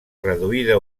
reduïda